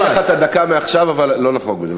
אני מתחיל לך את הדקה מעכשיו, אבל לא נחרוג מזה.